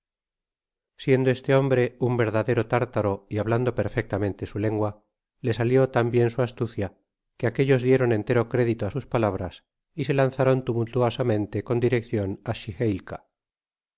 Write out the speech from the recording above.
siendo este hombre un verdadero tártaro y hablando perfectamente su lengua le salió tambien su astucia que aquellos dieron entero crédito á sus palabras y se lanzaron tumultuosamente con direccion